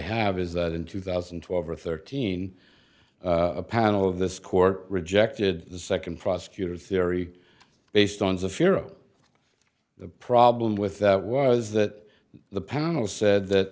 have is that in two thousand and twelve or thirteen a panel of this court rejected the second prosecutor's theory based on the fear of the problem with that was that the panel said that